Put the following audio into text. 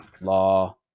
law